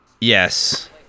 yes